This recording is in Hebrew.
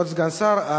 כבוד סגן השר,